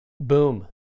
Boom